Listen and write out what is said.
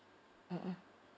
mmhmm